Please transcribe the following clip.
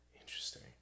Interesting